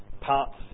parts